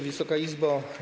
Wysoka Izbo!